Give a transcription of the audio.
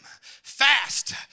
Fast